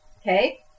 Okay